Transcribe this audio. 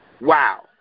Wow